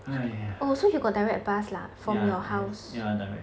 !aiya! ya I have ya direct